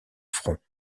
front